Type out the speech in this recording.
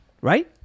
right